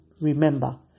remember